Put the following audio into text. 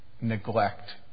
neglect